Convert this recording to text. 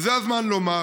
וזה הזמן לומר,